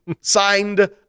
Signed